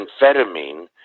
amphetamine